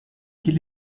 quel